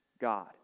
God